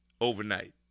overnight